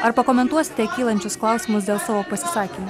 ar pakomentuosite kylančius klausimus dėl savo pasisakymų